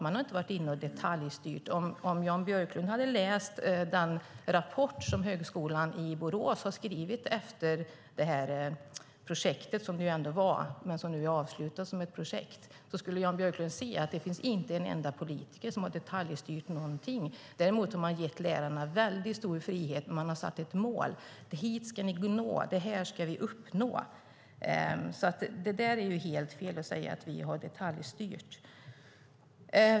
Man har inte varit inne och detaljstyrt. Om Jan Björklund hade läst den rapport som Högskolan i Borås skrivit efter detta nu avslutade projekt skulle han ha sett att det inte finns en enda politiker som har detaljstyrt någonting. I stället har man gett lärarna väldigt stor frihet. Man har satt upp ett mål: Hit ska ni nå, det här ska vi uppnå! Det är helt fel att säga att vi har detaljstyrt.